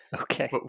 okay